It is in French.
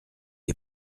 est